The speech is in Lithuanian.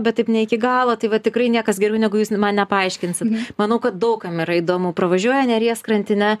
bet taip ne iki galo tai va tikrai niekas geriau negu jūs man nepaaiškinsit manau kad daug kam yra įdomu pravažiuoji neries krantine